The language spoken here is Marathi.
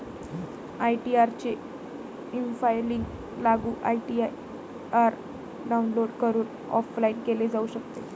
आई.टी.आर चे ईफायलिंग लागू आई.टी.आर डाउनलोड करून ऑफलाइन केले जाऊ शकते